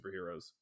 superheroes